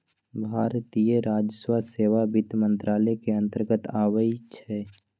भारतीय राजस्व सेवा वित्त मंत्रालय के अंतर्गत आबइ छै